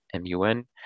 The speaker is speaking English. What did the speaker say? MUN